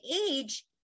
age